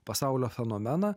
pasaulio fenomeną